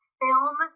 film